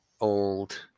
old